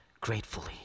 gratefully